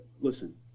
Listen